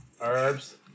Herbs